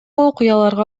окуяларга